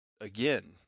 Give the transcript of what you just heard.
again